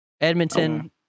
Edmonton